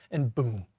and boom,